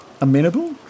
Amenable